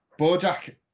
Bojack